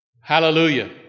Hallelujah